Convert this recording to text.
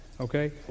okay